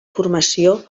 formació